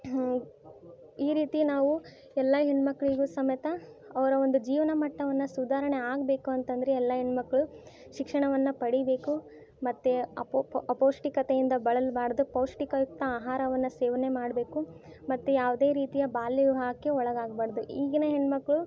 ಈ ರೀತಿ ನಾವು ಎಲ್ಲ ಹೆಣ್ಣುಮಕ್ಳಿಗು ಸಮೇತ ಅವರ ಒಂದು ಜೀವನ ಮಟ್ಟವನ್ನು ಸುಧಾರಣೆ ಆಗಬೇಕು ಅಂತಂದರೆ ಎಲ್ಲ ಹೆಣ್ಮಕ್ಳು ಶಿಕ್ಷಣವನ್ನು ಪಡೀಬೇಕು ಮತ್ತು ಅಪೌಪೌ ಅಪೌಷ್ಟಿಕತೆಯಿಂದ ಬಳಲಬಾರ್ದು ಪೌಷ್ಟಿಕಯುಕ್ತ ಆಹಾರವನ್ನು ಸೇವನೆ ಮಾಡಬೇಕು ಮತ್ತು ಯಾವುದೇ ರೀತಿಯ ಬಾಲ್ಯ ವಿವಾಹಕ್ಕೆ ಒಳಗಾಗ್ಬಾರ್ದು ಈಗಿನ ಹೆಣ್ಣುಮಕ್ಳು